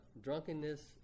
drunkenness